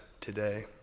today